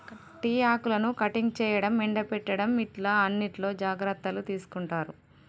tea ఆకులను cutting చేయడం, ఎండపెట్టడం ఇట్లా అన్నిట్లో జాగ్రత్తలు తీసుకుంటారు